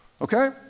okay